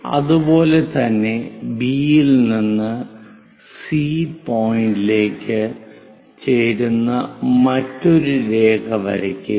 അതുപോലെ തന്നെ ബി യിൽ നിന്ന് സി പോയിന്റിലേക്ക് ചേരുന്ന മറ്റൊരു രേഖ വരയ്ക്കുക